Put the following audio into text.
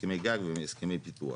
הסכמי גג והסכמי פיתוח.